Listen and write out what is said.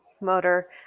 motor